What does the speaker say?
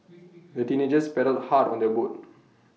the teenagers paddled hard on their boat